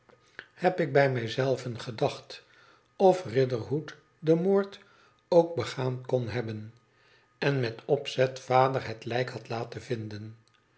heb ik bij mij zelve gedacht of riderhood den moord ook begaan kon hebben en met opzet vader het lijk had laten vinden